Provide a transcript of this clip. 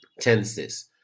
tenses